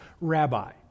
rabbi